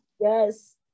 Yes